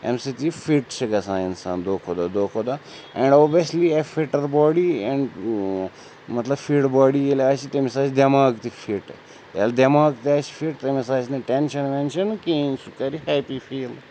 اَمہِ سۭتۍ یہِ فِٹ چھِ گَژھان اِنسان دۄہ کھۄ دۄہ دۄہ کھۄ دۄہ and obviously a fitter body and مطلب فِٹ باڈی ییٚلہِ آسہِ تٔمِس آسہِ دٮ۪ماغ تہِ فِٹ ییٚلہِ دٮ۪ماغ تہِ آسہِ فِٹ تٔمِس آسہِ نہٕ ٹٮ۪نشَن وٮ۪نشَن کِہیٖنۍ سُہ کَرِ ہٮ۪پی فیٖل